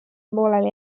pooleli